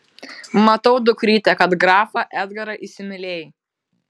matau dukryte kad grafą edgarą įsimylėjai